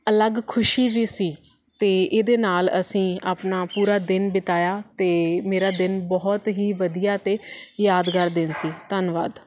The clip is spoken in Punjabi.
ਅਲੱਗ ਖੁਸ਼ੀ ਵੀ ਸੀ ਅਤੇ ਇਹਦੇ ਨਾਲ ਅਸੀਂ ਆਪਣਾ ਪੂਰਾ ਦਿਨ ਬਿਤਾਇਆ ਅਤੇ ਮੇਰਾ ਦਿਨ ਬਹੁਤ ਹੀ ਵਧੀਆ ਅਤੇ ਯਾਦਗਾਰ ਦਿਨ ਸੀ ਧੰਨਵਾਦ